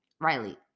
Riley